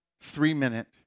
three-minute